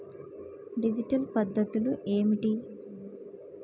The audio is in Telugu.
డిపాజిట్ పద్ధతులు ఏమిటి?